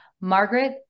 Margaret